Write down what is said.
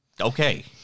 Okay